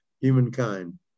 humankind